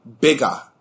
bigger